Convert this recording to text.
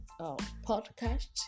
podcast